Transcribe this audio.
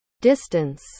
Distance